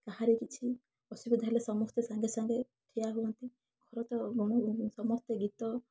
କାହାରି କିଛି ଅସୁବିଧା ହେଲେ ସମସ୍ତେ ସାଙ୍ଗେ ସାଙ୍ଗେ ଠିଆ ହୁଅନ୍ତି ସମସ୍ତେ ଗୀତ